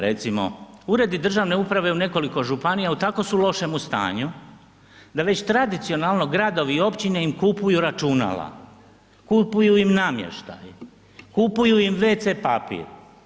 Recimo uredi državne uprave u nekoliko županija u tako su lošemu stanju da već tradicionalno gradovi i općine im kupuju računala, kupuju im namještaj, kupuju im wc papir.